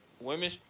Women